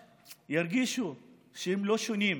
וירגישו שהם לא שונים,